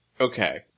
Okay